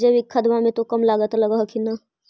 जैकिक खदबा मे तो कम लागत लग हखिन न?